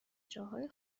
جاهای